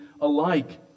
alike